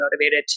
motivated